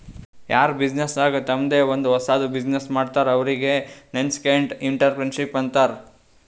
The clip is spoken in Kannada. ಯಾರ್ ಬಿಸಿನ್ನೆಸ್ ನಾಗ್ ತಂಮ್ದೆ ಒಂದ್ ಹೊಸದ್ ಬಿಸಿನ್ನೆಸ್ ಮಾಡ್ತಾರ್ ಅವ್ರಿಗೆ ನಸ್ಕೆಂಟ್ಇಂಟರಪ್ರೆನರ್ಶಿಪ್ ಅಂತಾರ್